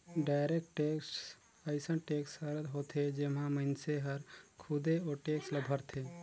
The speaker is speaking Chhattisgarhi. डायरेक्ट टेक्स अइसन टेक्स हर होथे जेम्हां मइनसे हर खुदे ओ टेक्स ल भरथे